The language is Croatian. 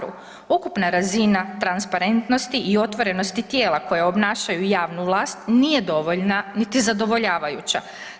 Ukupna razina transparentnosti i otvorenosti tijela koja obnašaju javnu vlast nije dovoljna niti zadovoljavajuća.